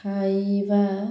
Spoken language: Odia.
ଖାଇବା